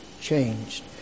changed